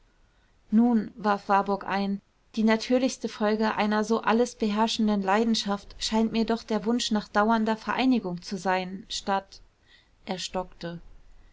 nun warf warburg ein die natürlichste folge einer so alles beherrschenden leidenschaft scheint mir doch der wunsch nach dauernder vereinigung zu sein statt er stockte